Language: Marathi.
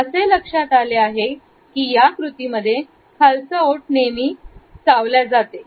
असे लक्षात आले आहे कि या कृतीमध्ये खालचा ओठ नेहमी चावल्या जाते